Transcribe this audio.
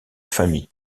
famille